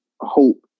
hope